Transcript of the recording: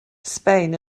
spain